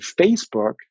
Facebook